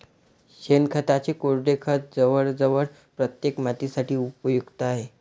शेणखताचे कोरडे खत जवळजवळ प्रत्येक मातीसाठी उपयुक्त आहे